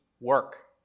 work